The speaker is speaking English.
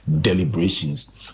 deliberations